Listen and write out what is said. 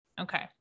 Okay